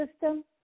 system